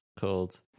called